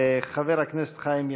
חבר הכנסת חיים ילין.